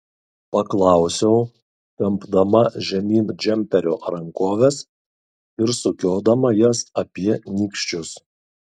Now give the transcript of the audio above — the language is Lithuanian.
paklausiau tempdama žemyn džemperio rankoves ir sukiodama jas apie nykščius